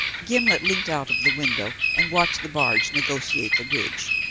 gimblet leant out of the window and watched the barge negotiate the bridge.